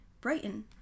Brighton